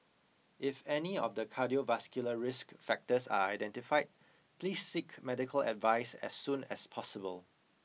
if any of the cardiovascular risk factors are identified please seek medical advice as soon as possible